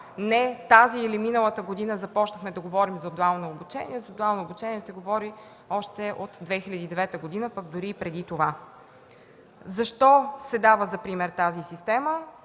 от тази или миналата година започнахме да говорим за дуално обучение. За дуално обучение се говори още от 2009 г., дори и преди това. Защо се дава за пример тази система?